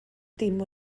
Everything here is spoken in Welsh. dim